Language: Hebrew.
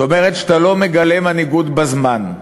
זאת אומרת, שאתה לא מגלה מנהיגות בזמן.